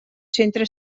centro